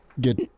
get